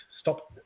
Stop